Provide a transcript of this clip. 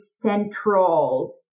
central